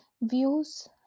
views